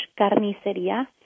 carnicería